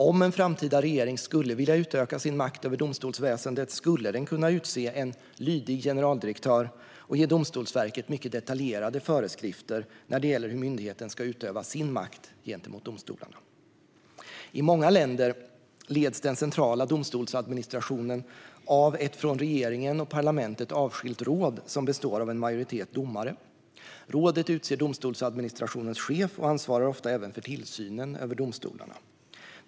Om en framtida regering skulle vilja utöka sin makt över domstolsväsendet skulle den kunna utse en lydig generaldirektör och ge Domstolsverket mycket detaljerade föreskrifter när det gäller hur myndigheten ska utöva sin makt gentemot domstolarna. I många länder leds den centrala domstolsadministrationen av ett från regeringen och parlamentet avskilt råd som består av en majoritet domare. Rådet utser domstolsadministrationens chef och ansvarar ofta även för tillsynen över domstolarna.